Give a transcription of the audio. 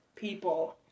People